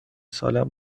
سالهام